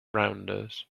rounders